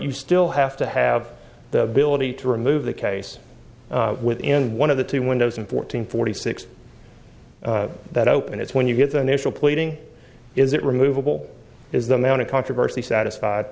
you still have to have the ability to remove the case within one of the two windows and fourteen forty six that opened it's when you get the initial pleading is it removable is the amount of controversy satisfied